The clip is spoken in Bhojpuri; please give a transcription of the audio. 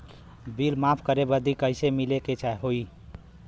बिल माफ करे बदी कैसे मिले के होई?